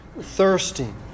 thirsting